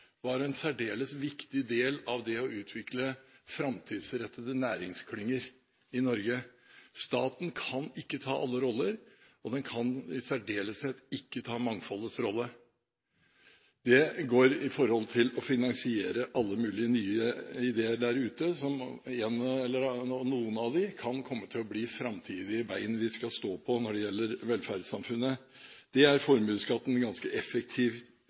var en særdeles viktig del av det å utvikle framtidsrettede næringsklynger i Norge. Staten kan ikke ta alle roller, og den kan i særdeleshet ikke ta mangfoldets rolle, f.eks. å finansiere alle mulige nye ideer der ute – noen av dem kan komme til å bli framtidige bein vi skal stå på når det gjelder velferdssamfunnet. Dette er formuesskatten ganske effektiv